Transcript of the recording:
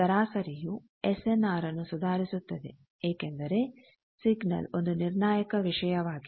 ಸರಾಸರಿಯು S N R ನ್ನು ಸುಧಾರಿಸುತ್ತದೆ ಏಕೆಂದರೆ ಸಿಗ್ನಲ್ ಒಂದು ನಿರ್ಣಾಯಕ ವಿಷಯವಾಗಿದೆ